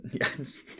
Yes